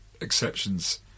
exceptions